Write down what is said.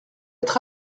être